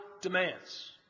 demands